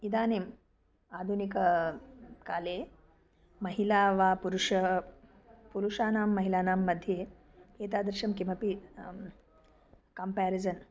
इदानीम् आधुनिक काले महिला वा पुरुषः पुरुषानां महिलानां मध्ये एतादृशं किमपि कम्पेरिसन्